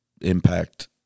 impact